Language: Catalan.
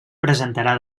presentarà